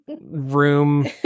room